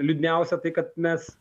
liūdniausia tai kad mes